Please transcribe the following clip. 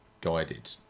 guided